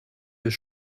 des